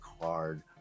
card